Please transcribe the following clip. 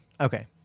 Okay